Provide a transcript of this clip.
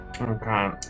Okay